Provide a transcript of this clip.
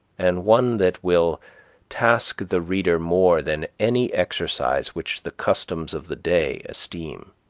and one that will task the reader more than any exercise which the customs of the day esteem.